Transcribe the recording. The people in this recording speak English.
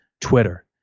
Twitter